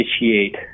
initiate